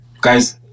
Guys